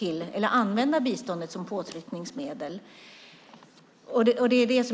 eller att använda biståndet som påtryckningsmedel.